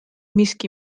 miski